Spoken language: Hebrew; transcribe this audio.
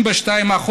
32%,